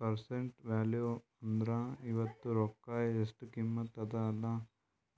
present value ಅಂದುರ್ ಇವತ್ತ ರೊಕ್ಕಾ ಎಸ್ಟ್ ಕಿಮತ್ತ ಅದ ಅಲ್ಲಾ